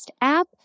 app